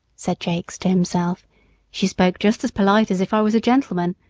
said jakes to himself she spoke just as polite as if i was a gentleman,